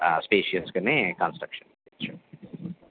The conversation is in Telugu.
స్పేషియస్గానే కన్స్ట్రక్షన్ చేయచ్చు